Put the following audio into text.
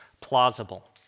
plausible